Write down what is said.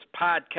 Podcast